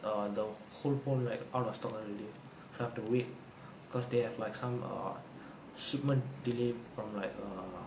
err the whole phone right out of already so I have to wait cause they have like some err shipment delay from like err